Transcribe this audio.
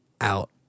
out